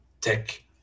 tech